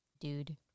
dude